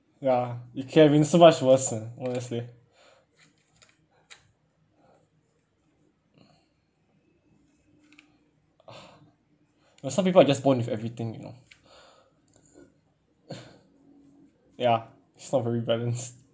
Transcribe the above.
ya it could have been so much worse ah honestly no some people are just born with everything you know ya it's not very balanced